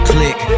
Click